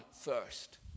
first